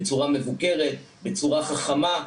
מבוקרת וחכמה,